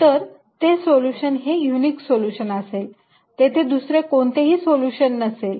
तर ते सोल्युशन हे युनिक सोल्युशन असेल तेथे दुसरे कोणतेही सोल्युशन नसेल